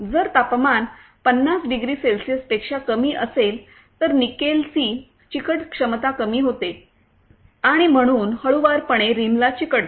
जर तापमान 50 डिग्री सेल्सिअसपेक्षा कमी असेल तर निकेलची चिकट क्षमता कमी होते आणि म्हणून हळुवारपणे रिमला चिकटते